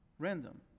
Random